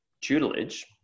tutelage